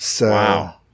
Wow